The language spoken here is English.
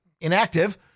inactive